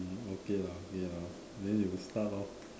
hmm okay lah okay lah then you start lor